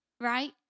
right